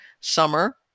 summer